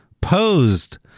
posed